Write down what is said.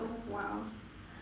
oh !wow!